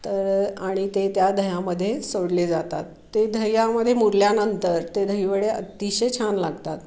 तर आणि ते त्या दह्यामध्ये सोडले जातात ते दह्यामध्ये मुरल्यानंतर ते दहीवडे अतिशय छान लागतात